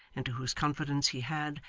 into whose confidence he had,